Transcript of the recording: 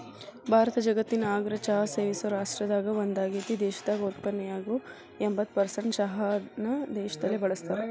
ಭಾರತ ಜಗತ್ತಿನ ಅಗ್ರ ಚಹಾ ಸೇವಿಸೋ ರಾಷ್ಟ್ರದಾಗ ಒಂದಾಗೇತಿ, ದೇಶದಾಗ ಉತ್ಪಾದನೆಯಾಗೋ ಎಂಬತ್ತ್ ಪರ್ಸೆಂಟ್ ಚಹಾನ ದೇಶದಲ್ಲೇ ಬಳಸ್ತಾರ